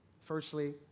Firstly